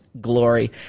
glory